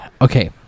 okay